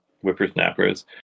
whippersnappers